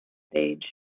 stage